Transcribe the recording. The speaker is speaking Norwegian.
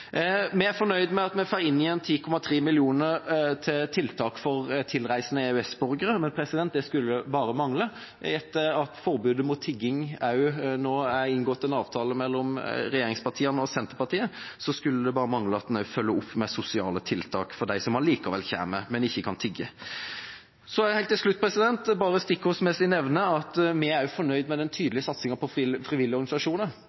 Vi er fornøyd med at vi får inn igjen 10,3 mill. kr til tiltak for tilreisende EØS-borgere, men det skulle bare mangle. Etter at det nå er inngått en avtale mellom regjeringspartiene og Senterpartiet om forbud mot tigging, skulle det bare mangle at man ikke følger opp med sosiale tiltak for dem som allikevel kommer, men som ikke kan tigge. Helt til slutt vil jeg bare stikkordsmessig nevne at vi er fornøyd med den tydelige satsinga vi har på frivillige organisasjoner,